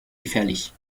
gefährlich